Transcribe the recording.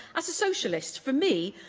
as a socialist, for me,